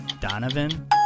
Donovan